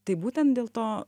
tai būtent dėl to